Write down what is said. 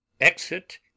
Exit